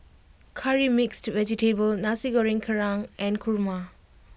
Curry Mixed Vegetable Nasi Goreng Kerang and Kurma